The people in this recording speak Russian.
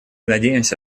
надеемся